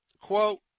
quote